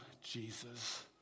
Jesus